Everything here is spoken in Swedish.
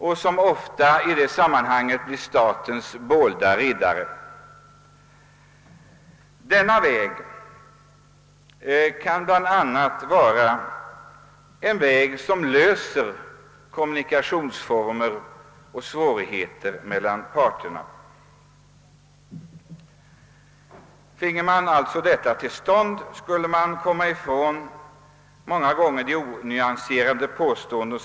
Då blir de mycket ofta statens bålda riddare. Den väg som landshövding Hjalmarson föreslog kan bl.a. vara ett sätt att lösa kommunikationsfrågan mellan parterna.